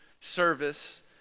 service